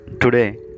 today